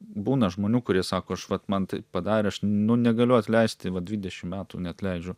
būna žmonių kurie sako aš vat man taip padarė nu negaliu atleisti va dvidešim metų neatleidžiu